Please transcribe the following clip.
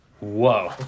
whoa